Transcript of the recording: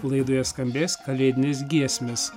laidoje skambės kalėdinės giesmės